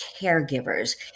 caregivers